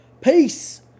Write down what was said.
Peace